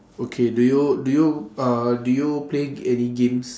okay do you do you uh do you play g~ any games